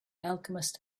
alchemist